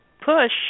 push